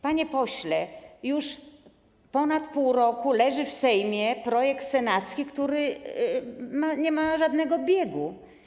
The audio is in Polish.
Panie pośle, już od ponad pół roku leży w Sejmie projekt senacki, któremu nie nadano biegu.